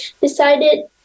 decided